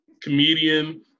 comedian